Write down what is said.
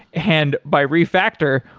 and by refactor,